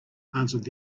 answered